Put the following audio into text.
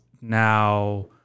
now